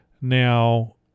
Now